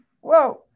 whoa